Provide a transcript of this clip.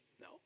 No